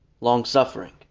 long-suffering